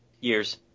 Years